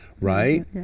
right